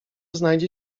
znajdzie